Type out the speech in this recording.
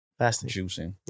juicing